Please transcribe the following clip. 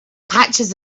patches